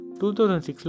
2006